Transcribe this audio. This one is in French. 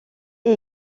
est